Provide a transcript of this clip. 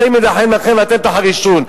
השם יילחם לכם ואתם תחרישון.